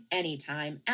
anytime